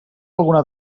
alguna